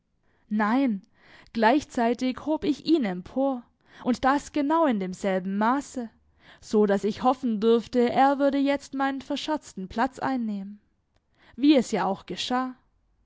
nein gleichzeitig hob ich ihn empor und das genau in demselben maße so daß ich hoffen durfte er würde jetzt meinen verscherzten platz einnehmen wie es ja auch geschah